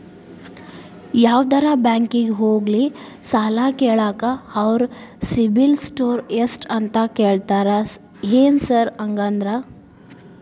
ಯಾವದರಾ ಬ್ಯಾಂಕಿಗೆ ಹೋಗ್ಲಿ ಸಾಲ ಕೇಳಾಕ ಅವ್ರ್ ಸಿಬಿಲ್ ಸ್ಕೋರ್ ಎಷ್ಟ ಅಂತಾ ಕೇಳ್ತಾರ ಏನ್ ಸಾರ್ ಹಂಗಂದ್ರ?